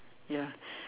ya